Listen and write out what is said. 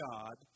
God